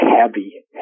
heavy